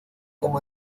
como